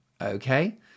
Okay